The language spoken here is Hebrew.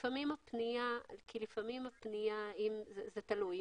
זה תלוי.